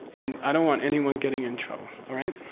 and i don't want anyone getting in trouble. alright?